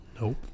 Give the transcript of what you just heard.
Nope